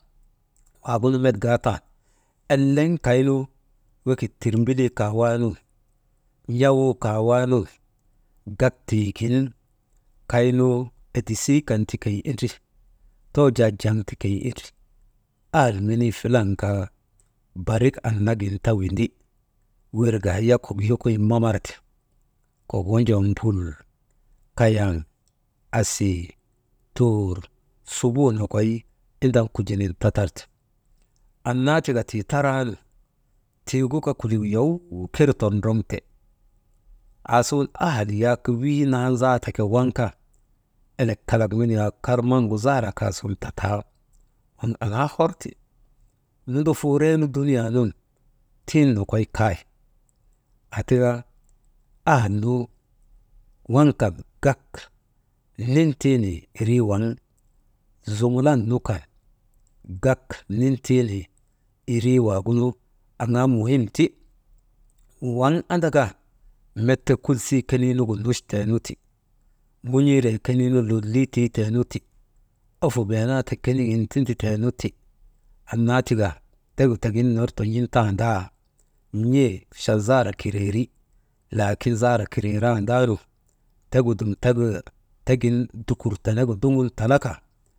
Waagunu met gaatan, eleŋ kaynu wekit tirmbilii kaawaanun, n̰awuu kaawaanun gak tiigin, kaynu edisii kan ti keyi indri, toojaa jaŋ ti keyi indri, ahal menii filan kaa barik annagin ta windi, wirka hiya kok yokoyin mamarte, kok wojoo mbul, kayaŋ, asii, tuur, subuu nokoy, indan kujinin tatarte, annaa tika tii taraanu, tiigu kaakulik yow kirtondroŋte, asuŋ ahal yak wii nan zaate ke waŋkaa, elek kalak menik waagu kar maŋgu zaara kaasun tata, waŋ aŋaa horti, ndufuureenu dunuyaa nun tiŋ nokoy kay, aa tika ahal nu gak waŋ kan gak nintiinii irii waŋ zumulan nu kan gak nintii nii irii waagunu, aŋaa muhim ti, waŋ andaka met kusii konii nugu nuchtee nu ti, ŋun̰iiree konii nu lolii tiitee nu ti, ofu beenaatak konigin tinditeenu ti, annaa tika tegu tegin ner ton̰in tandaa, n̰ee chan zaala kireeri, laakin zalaa kireeran ndaanu tegu dum tegin dukur tenegu ndogun talaka.